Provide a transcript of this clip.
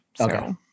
Okay